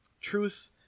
Truth